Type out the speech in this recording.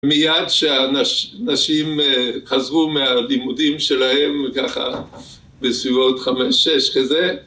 מייד כשהנשים חזרו מהלימודים שלהם וככה בסביבות חמש-שש כזה